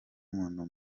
muntu